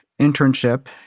internship